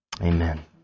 Amen